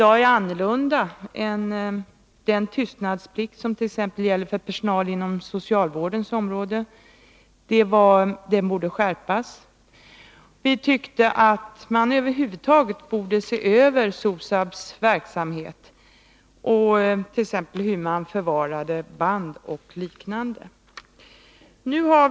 Dessa bestämmelser är i dag annorlunda än för personal som arbetar inom socialvården, där tystnadsplikt gäller. Vi har vidare sagt att man borde se över SOSAB:s verksamhet över huvud taget, t.ex. beträffande hur band och liknande förvaras.